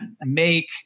make